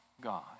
God